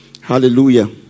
Hallelujah